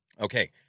Okay